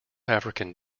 african